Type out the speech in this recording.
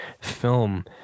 film